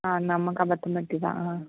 ആ നമുക്ക് അബദ്ധം പറ്റിയതാണ് ആ